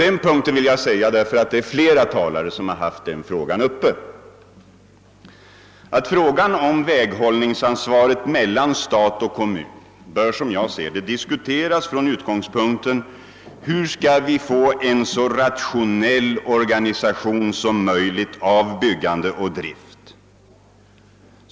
Eftersom flera talare har haft den punkten uppe vill jag säga att frågan om fördelningen av väghållningsansvaret mellan stat och kommun, som jag ser det, bör diskuteras från utgångspunkten hur vi skall få en så rationell organisation som möjligt av byggande och drift.